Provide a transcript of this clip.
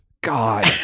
God